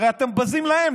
הרי אתם בזים להם,